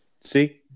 See